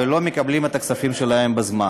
ולא מקבלים את הכספים שלהם בזמן.